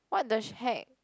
what the heck